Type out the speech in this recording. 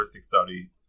Study